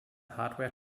hardware